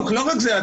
לא רק זה,